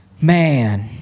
man